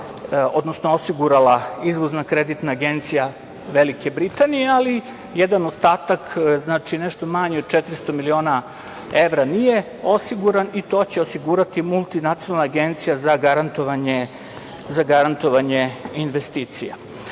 odnosno osigurala izvozna kreditna agencija Velike Britanije, ali jedan ostatak, znači nešto manje od 400 miliona evra nije osiguran i to će osigurati Multilateralna agencija za garantovanje investicija. Moravski